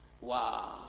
Wow